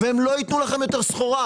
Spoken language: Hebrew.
והם לא ייתנו לכם יותר סחורה.